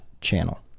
channel